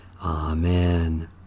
Amen